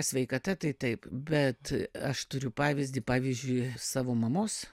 sveikata tai taip bet aš turiu pavyzdį pavyzdžiui savo mamos